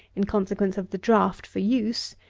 in consequence of the draft for use,